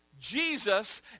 Jesus